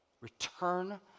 Return